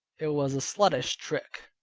it was a sluttish trick.